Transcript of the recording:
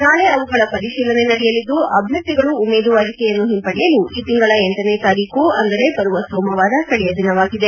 ನಾಳೆ ಅವುಗಳ ಪರಿಶೀಲನೆ ನಡೆಯಲಿದ್ದು ಅಭ್ಯರ್ಥಿಗಳು ಉಮೇದುವಾರಿಕೆಯನ್ನು ಹಿಂಪಡೆಯಲು ಈ ತಿಂಗಳ ಲನೇ ತಾರೀಕು ಅಂದರೆ ಬರುವ ಸೋಮವಾರ ಕಡೆಯ ದಿನವಾಗಿದೆ